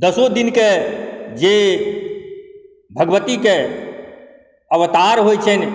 दसो दिनके जे भगवतीके अवतार होइ छनि